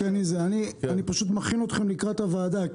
אני מכין אתכם לקראת הוועדה.